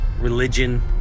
religion